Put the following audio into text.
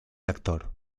actor